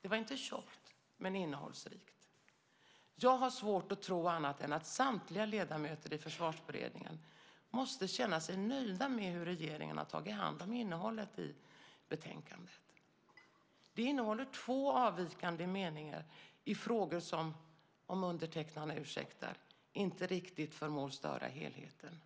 Det var inte tjockt men innehållsrikt. Jag har svårt att tro annat än att samtliga ledamöter i Försvarsberedningen måste känna sig nöjda med hur regeringen har tagit hand om innehållet i betänkandet. Det innehåller två avvikande meningar i frågor som, om undertecknarna ursäktar, inte riktigt förmår störa helheten.